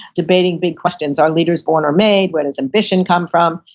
debating big questions. are leaders born or made? where does ambition come from?